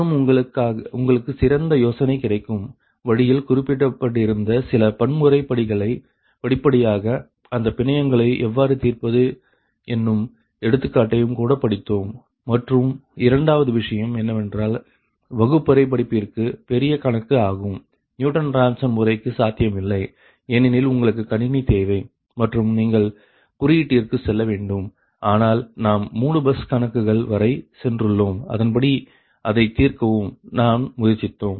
மற்றும் உங்களுக்கு சிறந்த யோசனை கிடைக்கும் வழியில் குறிப்பிட்டிருந்த சில பன்முறை படிகளை படிப்படியாக அந்த பிணையங்களை எவ்வாறு தீர்ப்பது என்னும் எடுத்துக்காட்டையும்கூட படித்தோம் மற்றும் இரண்டாவது விஷயம் என்னவென்றால் வகுப்பறை படிப்பிற்கு பெரிய கணக்கு ஆகும் நியூட்டன் ராப்சன் முறைக்கு சாத்தியமில்லை ஏனெனில் உங்களுக்கு கணினி தேவை மற்றும் நீங்கள் குறியீட்டிற்கு செல்ல வேண்டும் ஆனால் நாம் 3 பஸ் கணக்குகள் வரை சென்றுள்ளோம் அதன்படி அதை தீர்க்கவும் நாம் முயற்சித்தோம்